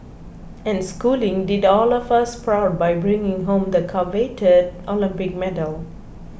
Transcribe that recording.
and Schooling did all of us proud by bringing home the coveted Olympic medal